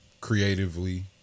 Creatively